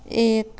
एक